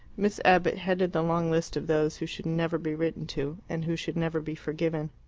miss abbott headed the long list of those who should never be written to, and who should never be forgiven.